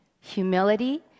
Humility